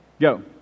Go